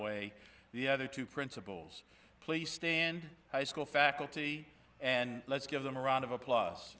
way the other two principals please stand high school faculty and let's give them a round of applause